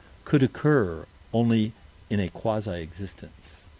could occur only in a quasi-existence.